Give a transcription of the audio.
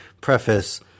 preface